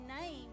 name